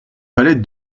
palette